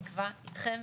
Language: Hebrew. נקבע איתכם,